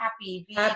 happy